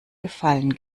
gefallen